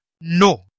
No